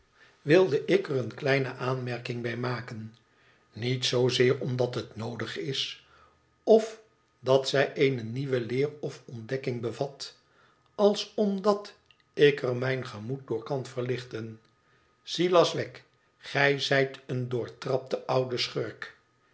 wilde ik er eene kleine aanmerking bij maken niet zooseeromdat het noodig is of dat zij eene nieuwe leer of ontdekkmg bevat als omdat ik er mijn gemoed door kan verlichten silas wegg gij zijt een doortrapte oude schurk